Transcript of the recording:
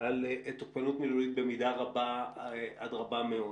על תוקפנות מילולית במידה רבה עד רבה מאוד.